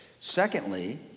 Secondly